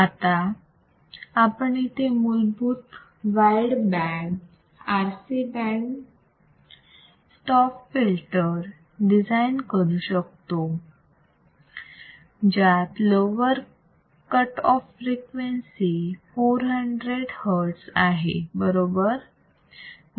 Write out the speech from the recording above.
आता आपण इथे मूलभूत wide band RC band stop filter design करू जात lower cut off frequency 400 hertz आहे बरोबर